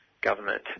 government